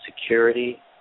security